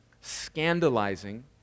scandalizing